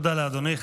תודה לאדוני.